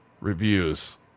reviews